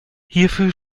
hierfür